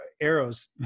arrows